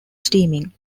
steaming